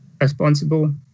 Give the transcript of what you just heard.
responsible